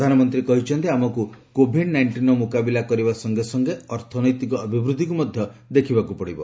ପ୍ରଧାନମନ୍ତ୍ରୀ କହିଛନ୍ତି ଆମକୁ କୋଭିଡ୍ ନାଇଷ୍ଟିନ୍ର ମୁକାବିଲା କରିବା ସଙ୍ଗେ ସଙ୍ଗେ ଅର୍ଥନୈତିକ ଅଭିବୃଦ୍ଧିକୁ ମଧ୍ୟ ଦେଖିବାକୁ ପଡ଼ିବ